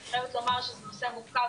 אני חייבת לומר שזה נושא מורכב,